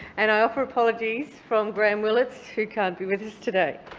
and i offer apologies from graham willets who kind of who with us today.